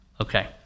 Okay